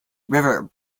river